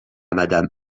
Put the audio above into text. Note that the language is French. madame